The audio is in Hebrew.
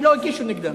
כי לא הגישו נגדנו,